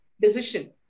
decision